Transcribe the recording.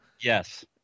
Yes